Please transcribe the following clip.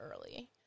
early